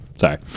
Sorry